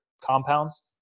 compounds